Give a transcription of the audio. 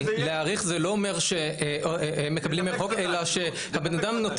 אלא אם כן לא הבנתי נכון